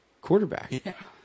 quarterback